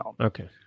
Okay